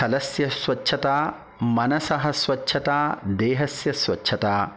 स्थलस्य स्वच्छता मनसः स्वच्छता देहस्य स्वच्छता